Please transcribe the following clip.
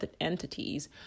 entities